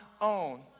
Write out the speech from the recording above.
own